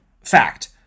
Fact